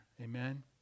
Amen